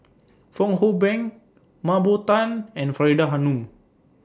Fong Hoe Beng Mah Bow Tan and Faridah Hanum